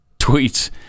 tweets